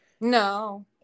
No